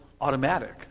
automatic